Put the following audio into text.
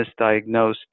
misdiagnosed